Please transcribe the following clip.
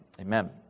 Amen